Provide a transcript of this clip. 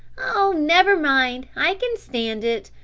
oh never mind, i can stand it,